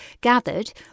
gathered